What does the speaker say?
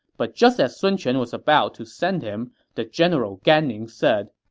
but just as sun quan was about to send him, the general gan ning said,